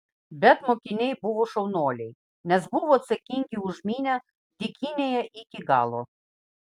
bet mokiniai buvo šaunuoliai nes buvo atsakingi už minią dykynėje iki galo